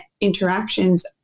interactions